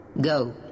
Go